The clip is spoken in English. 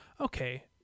okay